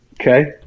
Okay